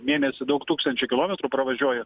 mėnesį daug tūkstančių kilometrų pravažiuoju